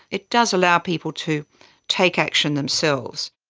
it does allow people to take action themselves.